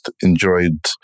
enjoyed